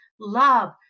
love